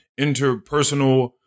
interpersonal